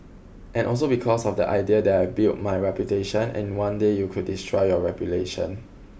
and also because of the idea that I've built my reputation and in one day you could destroy your reputation